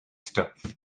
stuff